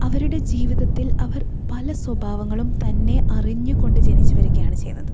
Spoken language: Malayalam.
അവരുടെ ജീവിതത്തിൽ അവർ പല സ്വഭാവങ്ങളും തന്നേ അറിഞ്ഞു കൊണ്ട് ജനിച്ചുവരികയാണ് ചെയ്യുന്നത്